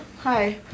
Hi